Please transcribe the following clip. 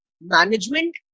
management